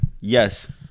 Yes